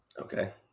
Okay